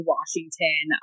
Washington